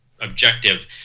objective